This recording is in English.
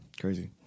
Crazy